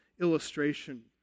illustration